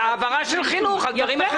על העברה של חינוך, רק דברים אחרים.